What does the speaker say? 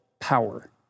power